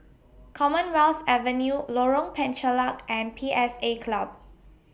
Commonwealth Avenue Lorong Penchalak and P S A Club